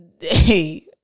hey